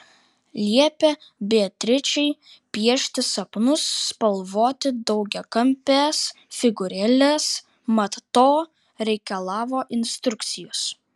liepė beatričei piešti sapnus spalvoti daugiakampes figūrėles mat to reikalavo instrukcijos